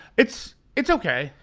it's it's okay,